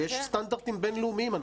יש סטנדרטים בינלאומיים,